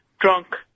drunk